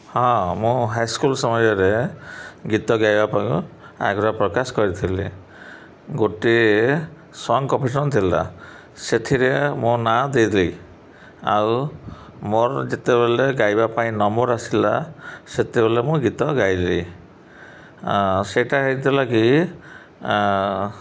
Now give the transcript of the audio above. ହଁ ମୁଁ high school ସମୟରେ ଗୀତ ଗାଇବା ପାଇଁ ଆଗ୍ରହ ପ୍ରକାଶ କରିଥିଲି ଗୋଟିଏ ସଙ୍ଗ୍ କମ୍ପିଟିସନ୍ ଥିଲା ସେଥିରେ ମୋ ନାଁ ଦେଲି ଆଉ ମୋର୍ ଯେତେବେଲେ ଗାଇବା ପାଇଁ ନମ୍ବର୍ ଆସିଲା ସେତେବେଲେ ମୁଁ ଗୀତ ଗାଇଲି ସେଇଟା ହୋଇଥିଲା କିି